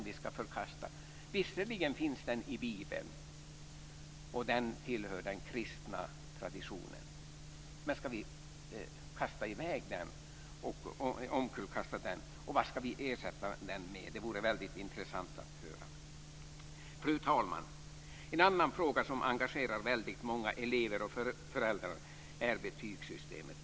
Visserligen finns den i Bibeln och tillhör den kristna traditionen, men ska vi förkasta den, och vad ska vi ersätta den med? Det vore väldigt intressant att höra. Fru talman! En annan fråga som engagerar väldigt många elever och föräldrar är betygssystemet.